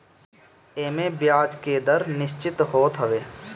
एमे बियाज के दर निश्चित होत हवे